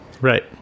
right